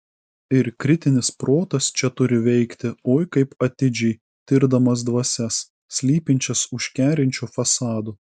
ir kritinis protas čia turi veikti oi kaip atidžiai tirdamas dvasias slypinčias už kerinčio fasado